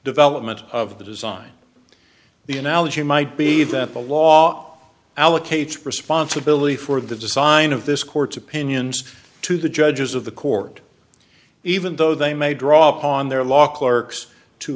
development of the design the analogy might be that the law allocates responsibility for the design of this court's opinions to the judges of the court even though they may draw on their law clerks to